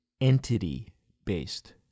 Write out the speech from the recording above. entity-based